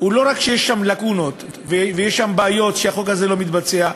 לא רק שיש בו לקונות ובעיות שבגללן הוא לא מתבצע,